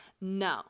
no